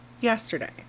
yesterday